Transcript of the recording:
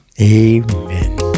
Amen